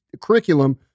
curriculum